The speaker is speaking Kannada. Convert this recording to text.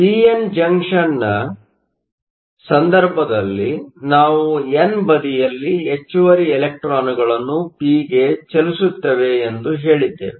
ಪಿ ಎನ್ ಜಂಕ್ಷನ್ನ ಸಂದರ್ಭದಲ್ಲಿ ನಾವು ಎನ್ ಬದಿಯಲ್ಲಿ ಹೆಚ್ಚುವರಿ ಇಲೆಕ್ಟ್ರಾನ್ಗಳನ್ನು ಪಿ ಗೆ ಚಲಿಸುತ್ತವೆ ಎಂದು ಹೇಳಿದ್ದೇವೆ